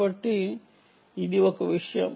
కాబట్టి ఇది ఒక విషయం